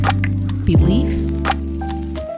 Belief